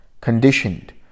Conditioned